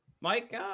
Mike